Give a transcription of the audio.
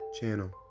channel